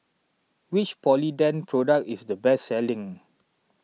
which Polident Product is the best selling